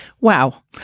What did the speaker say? Wow